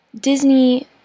Disney